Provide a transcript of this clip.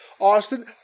Austin